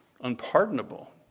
Unpardonable